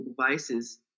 devices